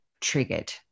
triggered